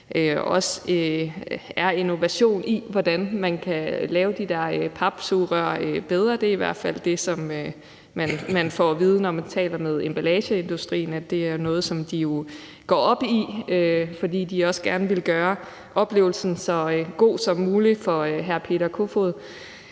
også er innovation i, hvordan man kan lave de der papsugerør bedre. Det er i hvert fald det, man får at vide, når man taler med emballageindustrien; det er noget, som de går op i, fordi de også gerne vil gøre oplevelsen for hr. Peter Kofod